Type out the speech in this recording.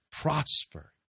prosper